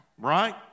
Right